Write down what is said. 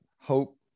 hope